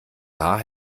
haar